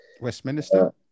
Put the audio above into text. Westminster